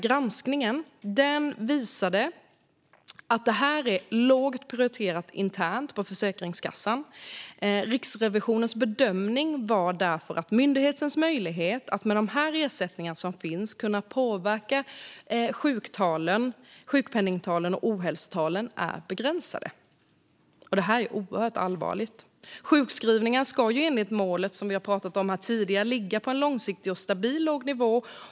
Granskningen visade att dessa två verktyg är lågt prioriterade internt inom Försäkringskassan. Riksrevisionen bedömde därför att myndighetens möjligheter att med hjälp av dessa ersättningar påverka sjukpenningtal och ohälsotal var begränsade. Det här är oerhört allvarligt. Sjukskrivningar ska ju, enligt målet som vi pratat om här tidigare, ligga på en långsiktigt stabil och låg nivå.